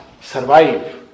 survive